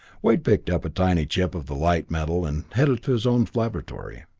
wade picked up a tiny chip of the light-metal and headed for his own laboratory.